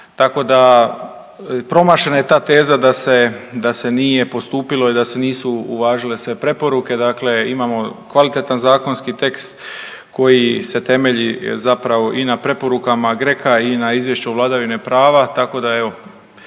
Tako da promašena je ta teza da se, da se nije postupilo i da se nisu uvažile sve preporuke, dakle imamo kvalitetan zakonski tekst koji se temelji zapravo i na preporukama GRECO-a i na izvješću vladavine prava, tako da evo